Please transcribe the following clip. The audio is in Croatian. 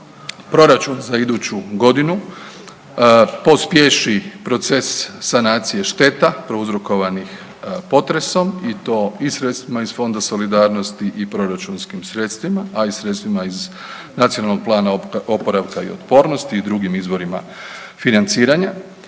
proračun za iduću godinu pospješi proces sanacije šteta prouzrokovanih potresom i to i sredstvima iz Fonda solidarnosti i proračunskim sredstvima, a i sredstvima iz Nacionalnog plana oporavka i otpornosti i drugim izvorima financiranja.